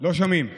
לא שומעים.